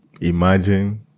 imagine